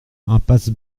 impasse